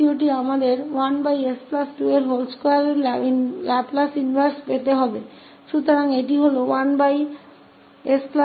दूसरा हमें इस 1s22 का लैपलेस प्रतिलोम प्राप्त करने की आवश्यकता है